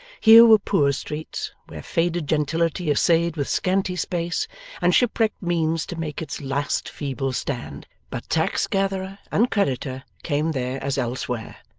here were poor streets where faded gentility essayed with scanty space and shipwrecked means to make its last feeble stand, but tax-gatherer and creditor came there as elsewhere,